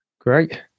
Great